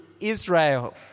Israel